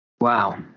Wow